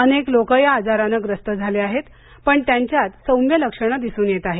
अनेक लोकं या आजाराने ग्रस्त झाले आहेत पण त्यांच्यात सौम्य लक्षणे दिसून येत आहेत